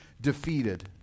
defeated